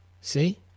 See